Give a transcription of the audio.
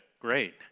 great